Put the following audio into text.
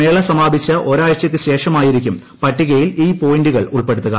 മേള സമാപിച്ച് ഒരാഴ്ചയ്ക്ക് ശേഷമായിരിക്കും പട്ടികയിൽ ഈ പോയിന്റുകൾ ഉൾപ്പെടുത്തുക